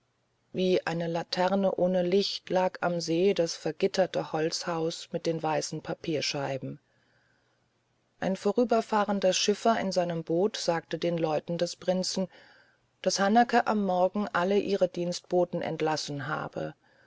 wie eine laterne ohne licht lag am see das gegitterte holzhaus mit den weißen papierscheiben ein vorüberfahrender schiffer in seinem boot sagte den leuten des prinzen daß hanake am morgen alle ihre dienstboten entlassen habe